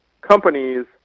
companies